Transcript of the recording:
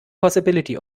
possibility